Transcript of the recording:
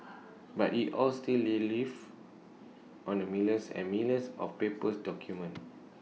but IT all still relief on the millions and millions of paper's documents